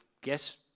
guess